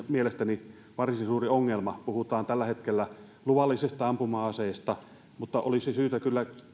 mielestäni varsin suuri ongelma on että tällä hetkellä puhutaan luvallisista ampuma aseista mutta olisi syytä kyllä